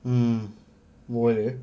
mm more